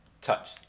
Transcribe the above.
touch